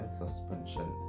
suspension